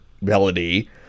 Melody